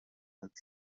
halb